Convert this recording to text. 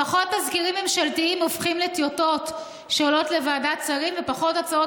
פחות תזכירים ממשלתיים הופכים לטיוטות שעולות לוועדת שרים ופחות הצעות